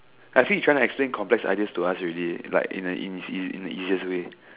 I see he trying to explain complex ideas to us already like in a in his in in a easiest way